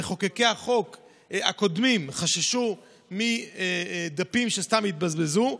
אז גם אין הבעיה שמחוקקי החוק הקודמים חששו ממנה: דפים שיתבזבזו סתם.